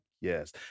yes